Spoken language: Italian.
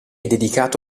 dedicato